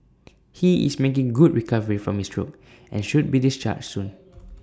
he is making good recovery from his stroke and should be discharged soon